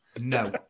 No